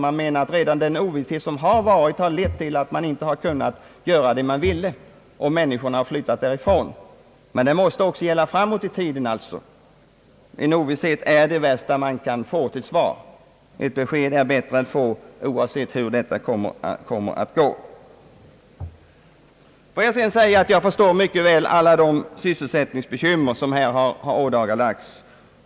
Man menade att redan den ovisshet som har rått har lett till att man inte kunnat göra det man borde gjort, utan människor har flyttat därifrån som annars skulle stannat kvar. Anklagelserna måste emellertid även gälla framåt i tiden. Ovisshet är det värsta man kan få till svar. Ett besked är bättre oavsett vad det innebär. Jag förstår mycket väl alla de sysselsättningsbekymmer som här har ådagalagts.